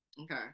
Okay